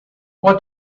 what